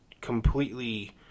completely